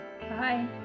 Bye